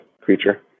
creature